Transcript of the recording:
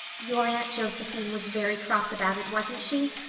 your aunt josephine was very cross about it, wasn't she?